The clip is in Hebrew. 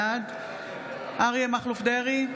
בעד אריה מכלוף דרעי,